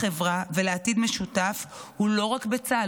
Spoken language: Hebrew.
לחברה ולעתיד משותף היא לא רק בצה"ל,